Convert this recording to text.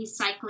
recycling